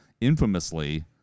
infamously